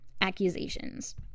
accusations